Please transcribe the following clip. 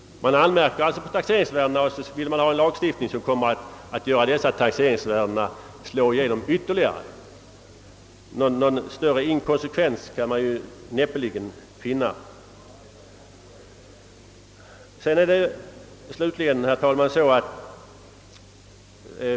Man anmärker alltså på taxeringsvärdena men vill ha en lagstiftning, som leder till att dessa slår igenom ytterligare. En större inkonsekvens kan man näppeligen finna. Herr talman!